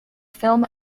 film